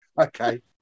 Okay